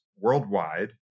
worldwide